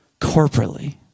Corporately